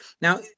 now